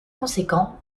conséquent